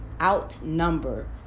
outnumber